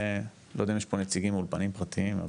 לא יודע אם יש כאן נציגים מאולפנים פרטיים,